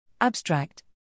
Abstract